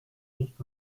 nicht